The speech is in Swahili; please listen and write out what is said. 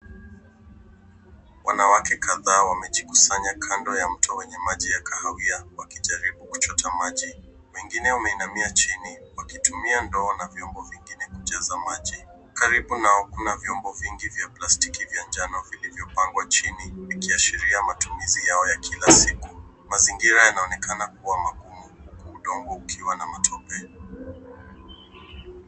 Wanawake kadhaa wamejikusanya kando ya mto wenye maji ya kahawia, wakijaribu kuchota maji. Wengine wameinamia chini, wakitumia ndoo na vyombo vingine kujaza maji. Karibu nao kuna vyombo vingi vya plastiki vya njano vilivyopangwa chini, ikiashiria matumizi yao ya kila siku. Mazingira yanaonekana kuwa magumu huku udongo ukiwa na matope.